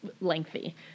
lengthy